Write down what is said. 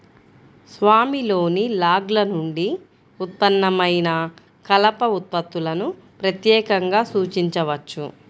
స్వామిలోని లాగ్ల నుండి ఉత్పన్నమైన కలప ఉత్పత్తులను ప్రత్యేకంగా సూచించవచ్చు